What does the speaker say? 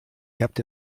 kept